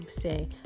say